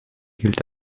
gilt